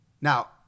Now